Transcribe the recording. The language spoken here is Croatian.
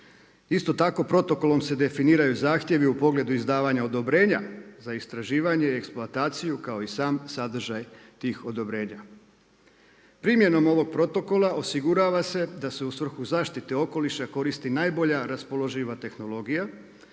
Isto tako protokolom se definiraju zahtjevi u pogledu izdavanja odobrenja za istraživanje, eksploataciju kao i sam sadržaj tih odobrenja. Primjenom ovog protokola osigurava se da se u svrhu zaštite okoliša koristi najbolja raspoloživa tehnologija